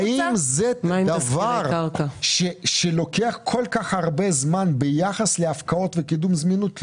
האם זה דבר שלוקח כל כך הרבה זמן ביחס להפקעות ולקידום זמינות?